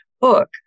book